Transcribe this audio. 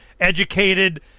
educated